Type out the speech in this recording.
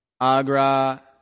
Agra